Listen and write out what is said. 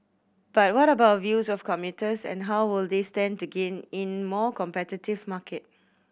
but what about views of commuters and how will they stand to gain in more competitive market